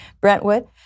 Brentwood